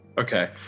Okay